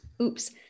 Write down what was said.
oops